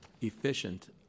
efficient